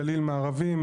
גליל מערבי,